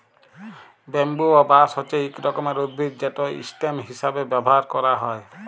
bamboo বা বাঁশ হছে ইক রকমের উদ্ভিদ যেট ইসটেম হিঁসাবে ব্যাভার ক্যারা হ্যয়